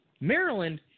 Maryland